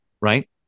Right